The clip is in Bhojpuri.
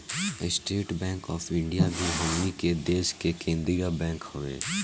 स्टेट बैंक ऑफ इंडिया भी हमनी के देश के केंद्रीय बैंक हवे